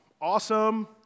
Awesome